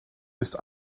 ist